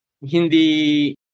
Hindi